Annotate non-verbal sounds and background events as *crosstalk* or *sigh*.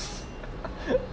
*laughs*